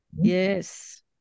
Yes